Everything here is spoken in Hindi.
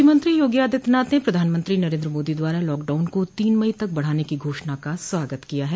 मुख्यमंत्री योगी आदित्यनाथ ने प्रधानमंत्री नरेन्द्र मोदी द्वारा लॉकडाउन को तीन मई तक बढ़ाने की घोषणा का स्वागत किया है